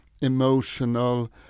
emotional